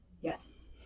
Yes